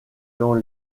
dans